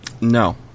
No